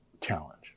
challenge